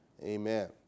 Amen